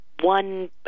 one